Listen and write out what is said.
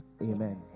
Amen